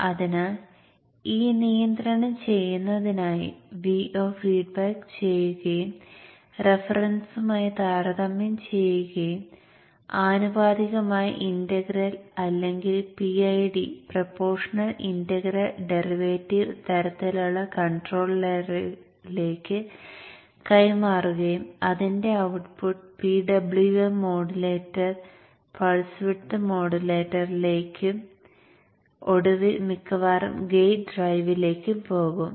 അതിനാൽ ഈ നിയന്ത്രണം ചെയ്യുന്നതിനായി Vo ഫീഡ് ബാക്ക് ചെയ്യുകയും റഫറൻസുമായി താരതമ്യം ചെയ്യുകയും ആനുപാതികമായ ഇന്റഗ്രൽ അല്ലെങ്കിൽ PID പ്രൊപ്പോഷണൽ ഇന്റഗ്രൽ ഡെറിവേറ്റീവ് തരത്തിലുള്ള കൺട്രോളറിലേക്ക് കൈമാറുകയും അതിന്റെ output PWM modulator pulse width മോഡുലേറ്ററിലേക്കും ഒടുവിൽ മിക്കവാറും ഗേറ്റ് ഡ്രൈവിലേക്കും പോകും